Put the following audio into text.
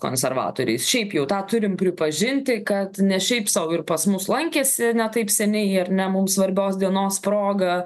konservatoriais šiaip jau tą turim pripažinti kad ne šiaip sau ir pas mus lankėsi ne taip seniai ir ne mum svarbios dienos proga